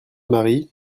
marie